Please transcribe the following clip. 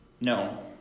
No